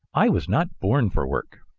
i was not born for work.